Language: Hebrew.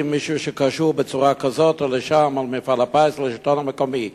מישהו שקשור בצורה כזאת למפעל הפיס או לשלטון המקומי.